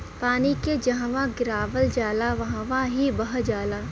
पानी के जहवा गिरावल जाला वहवॉ ही बह जाला